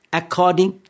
according